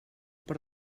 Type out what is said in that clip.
per